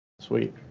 Sweet